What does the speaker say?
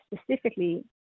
specifically